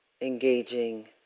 engaging